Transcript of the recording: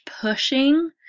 pushing